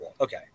Okay